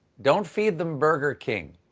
don't feed them burger king.